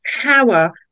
power